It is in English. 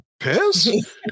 Piss